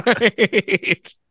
right